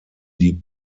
die